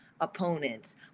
opponents